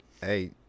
Hey